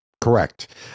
Correct